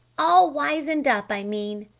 all wizened up, i mean.